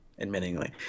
admittingly